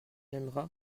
aimera